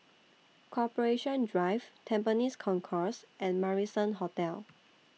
Corporation Drive Tampines Concourse and Marrison Hotel